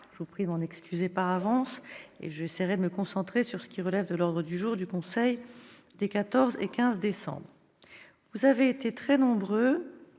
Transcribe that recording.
je vous prie de m'en excuser à l'avance. J'essayerai de me concentrer sur ce qui relève de l'ordre du jour du Conseil des 14 et 15 décembre prochains. Vous avez été très nombreux,